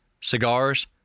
cigars